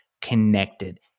connected